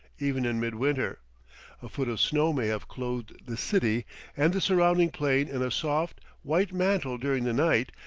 even in midwinter a foot of snow may have clothed the city and the surrounding plain in a soft, white mantle during the night,